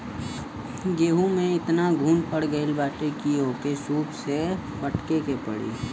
गेंहू में एतना घुन पड़ गईल बाटे की ओके सूप से फटके के पड़ी